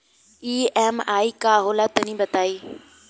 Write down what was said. EMI का होला तनि बताई?